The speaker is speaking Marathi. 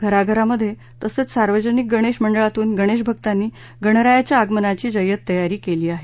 घराघरांमध्ये तसंच सार्वजनिक गणेश मंडळांतून गणेशभक्तांनी गणरायाच्या आगमनाची जय्यत तयारी केली आहे